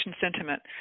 sentiment